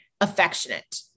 affectionate